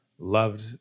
Loved